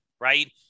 right